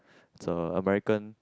it's a American